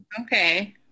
Okay